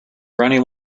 ronnie